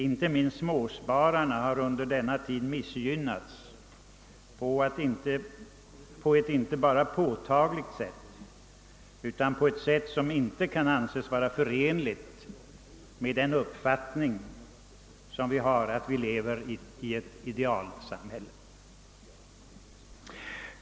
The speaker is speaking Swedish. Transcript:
Inte minst småspararna har under denna tid missgynnats på ett inte bara påtagligt sätt utan på ett sätt som inte kan anses vara förenligt med den uppfattning som vi hyser, att vi lever i ett idealsamhälle.